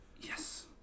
Yes